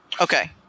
Okay